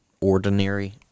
ordinary—